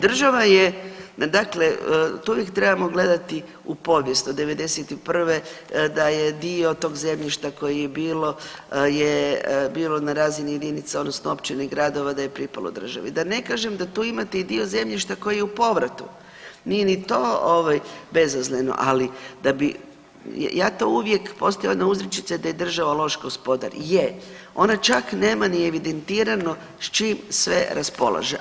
Država je dakle to uvijek trebamo gledati u povijest od '91. da je dio tog zemljišta koje je bilo je bilo na razini jedinica odnosno općina i gradova da je pripalo državi, da ne kažem da tu imate i dio zemljišta koji je u povratu, nije ni to bezazleno, ali da bi ja to uvijek postoji jedna uzrečica da je država loš gospodar, je, ona čak nema ni evidentirano s čim sve raspolaže.